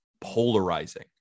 polarizing